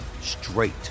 straight